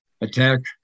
attack